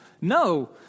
No